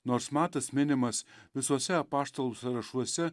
nors matas minimas visuose apaštalų sąrašuose